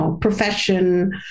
profession